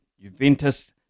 Juventus